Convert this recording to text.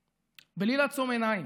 בלי לטשטש, בלי לעצום עיניים,